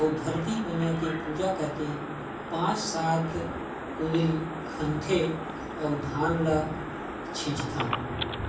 अउ धरती मईया के पूजा करके पाँच सात कुदरी खनथे अउ धान ल छितथन